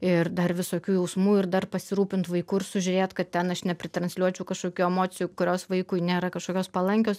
ir dar visokių jausmų ir dar pasirūpint vaiku ir sužiūrėt kad ten aš nepritransliuočiau kažkokių emocijų kurios vaikui nėra kažkokios palankios